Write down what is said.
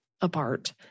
apart